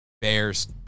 Bears